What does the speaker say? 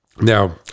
Now